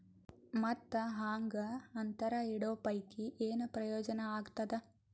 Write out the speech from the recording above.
ಮತ್ತ್ ಹಾಂಗಾ ಅಂತರ ಇಡೋ ಪೈಕಿ, ಏನ್ ಪ್ರಯೋಜನ ಆಗ್ತಾದ?